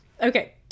Okay